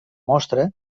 mostra